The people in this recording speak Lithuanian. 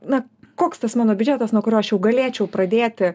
na koks tas mano biudžetas nuo kurio aš jau galėčiau pradėti